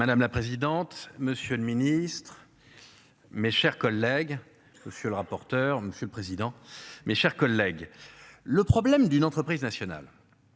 Madame la présidente. Monsieur le Ministre. Mes chers collègues. Monsieur le rapporteur. Monsieur le président, mes chers collègues. Le problème d'une entreprise nationale.